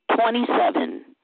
twenty-seven